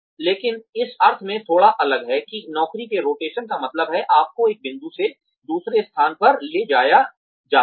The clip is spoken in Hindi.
लेकिन इस अर्थ में थोड़ा अलग है कि नौकरी के रोटेशन का मतलब है आपको एक बिंदु से दूसरे स्थान पर ले जाया जाता है